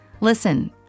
Listen